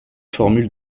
formule